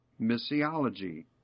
missiology